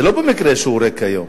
לא במקרה הוא ריק היום.